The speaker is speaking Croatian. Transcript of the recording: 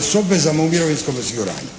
s obvezama u mirovinskome osiguranju.